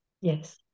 Yes